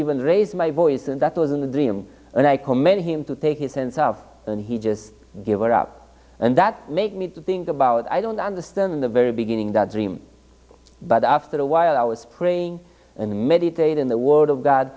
even raised my voice and that was in the dream and i commend him to take his hands out and he just give it up and that makes me think about i don't understand the very beginning that dream but after a while i was praying and meditate in the word of god